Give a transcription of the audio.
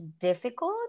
difficult